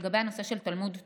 לגבי הנושא של תלמוד תורה,